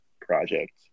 project